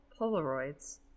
Polaroids